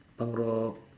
punk rock